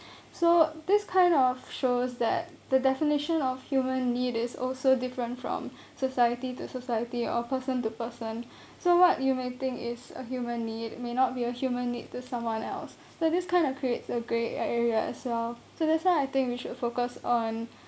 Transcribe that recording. so this kind of shows that the definition of human need is also different from society to society or person to person so what you may think is a human need may not be a human need to someone else so this kind of creates a grey area as well so that's why I think we should focus on